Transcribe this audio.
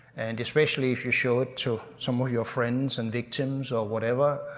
and especially if you show it to some of your friends and victims or whatever,